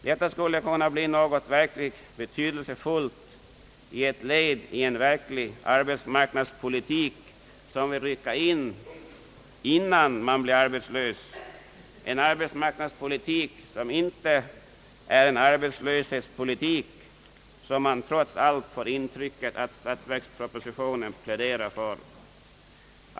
Detta skulle kunna bli ett verkligt betydelsefullt led i en arbetsmarknadspolitik som vill ingripa innan man blir arbetslös, en = arbetsmarknadspolitik som inte är en arbetslöshetspolitik. Man får trots allt intrycket att statsverkspropositionen pläderar för det sistnämnda.